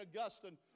Augustine